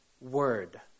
Word